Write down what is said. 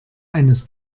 eines